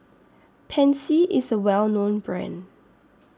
Pansy IS A Well known Brand